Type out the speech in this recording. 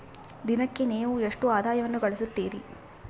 ದಿನಕ್ಕೆ ನೇವು ಎಷ್ಟು ಆದಾಯವನ್ನು ಗಳಿಸುತ್ತೇರಿ?